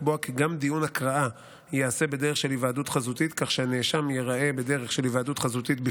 לקבוע כי גם דיון הקראה ייעשה בדרך של היוועדות חזותית,